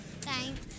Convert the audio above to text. Thanks